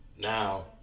Now